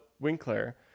Winkler